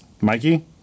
Mikey